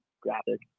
graphic